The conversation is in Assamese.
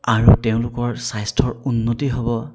আৰু তেওঁলোকৰ স্বাস্থ্যৰ উন্নতি হ'ব